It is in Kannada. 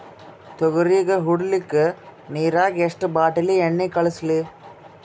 ತೊಗರಿಗ ಹೊಡಿಲಿಕ್ಕಿ ನಿರಾಗ ಎಷ್ಟ ಬಾಟಲಿ ಎಣ್ಣಿ ಕಳಸಲಿ?